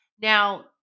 Now